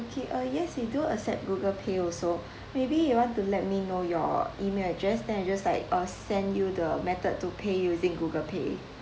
okay uh yes we do accept Google pay also maybe you want to let me know your email address then I just like uh send you the method to pay using Google pay